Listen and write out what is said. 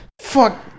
Fuck